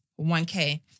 1k